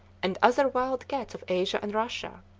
and other wild cats of asia and russia.